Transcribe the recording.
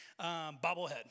bobblehead